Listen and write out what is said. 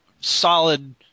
solid